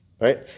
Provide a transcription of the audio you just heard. right